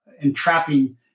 entrapping